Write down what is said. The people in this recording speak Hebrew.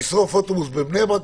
לשרוף אוטובוס בבני ברק?